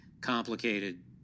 complicated